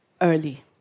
early